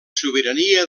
sobirania